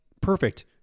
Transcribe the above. perfect